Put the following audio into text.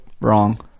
Wrong